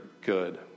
good